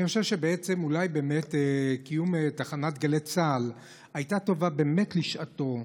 אני חושב שאולי באמת קיום תחנת גלי צה"ל היה טוב באמת לשעתו,